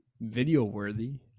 video-worthy